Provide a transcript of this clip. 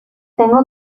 tengo